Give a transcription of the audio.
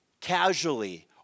casually